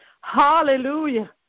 hallelujah